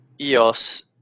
EOS